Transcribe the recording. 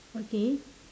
okay